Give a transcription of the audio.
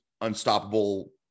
unstoppable